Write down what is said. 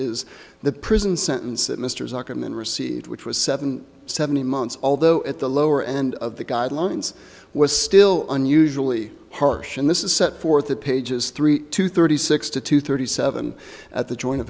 is the prison sentence that mr zuckerman received which was seven seventy months although at the lower end of the guidelines was still unusually harsh and this is set forth of pages three to thirty six to two thirty seven at the join